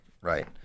right